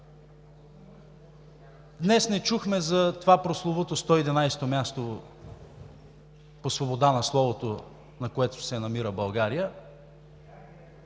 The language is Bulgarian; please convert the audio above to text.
Днес не чухме за това прословуто 111-о място по свобода на словото, на което се намира България